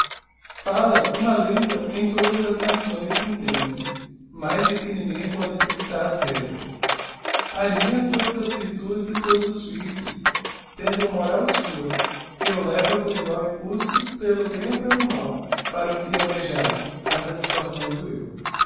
falia uma lingua que em todas as nações se entende mas de que ninguém pode fixar as regras aninha todas as virtudes e todos os vicios tendo uma moral sua que o leva com igual impulso pelo bem ou pelo mal para o fim almejado a satisfação do eu